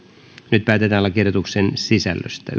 nyt päätetään lakiehdotuksen sisällöstä